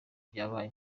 byabaye